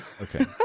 Okay